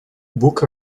book